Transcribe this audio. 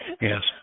Yes